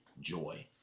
joy